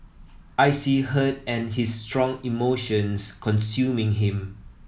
I see hurt and his strong emotions consuming him